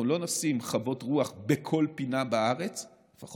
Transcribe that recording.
אנחנו לא נשים חוות רוח בכל פינה בארץ מסיבות נופיות,